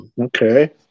okay